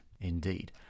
Indeed